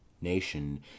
Nation